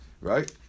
right